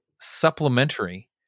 supplementary